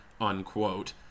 unquote